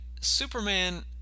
Superman